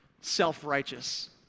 self-righteous